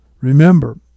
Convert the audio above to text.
remember